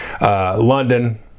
London